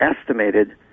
estimated